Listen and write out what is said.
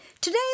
Today